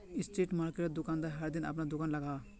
street मार्किटोत दुकानदार हर दिन अपना दूकान लगाहा